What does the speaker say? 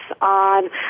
on